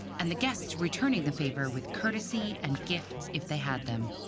and the guests returning the favor with courtesy and gifts if they had them.